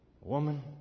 Woman